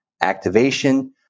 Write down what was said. activation